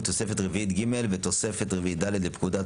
תוספת רביעית ג' ותוספת רביעית ד' לפקודה),